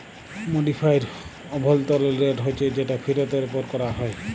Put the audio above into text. modified অভ্যলতরিল rate হছে যেট ফিরতের উপর ক্যরা হ্যয়